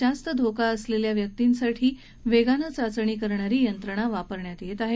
जास्त धोका असलेल्या व्यक्तींसाठी वेगानं चाचणी करणारी यंत्रणा वापरली जाणार आहे